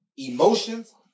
Emotions